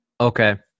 Okay